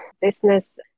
business